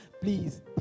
please